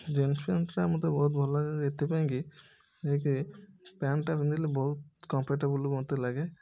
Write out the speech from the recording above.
jeans ପ୍ୟାଣ୍ଟଟା ମୋତେ ବହୁତ ଭଲଲାଗେ ଏଥିପାଇଁକି ଏକ ପ୍ୟାଣ୍ଟଟା ପିନ୍ଧିଲେ ବହୁତ କମ୍ଫର୍ଟେବଲ୍ ମୋତେ ଲାଗେ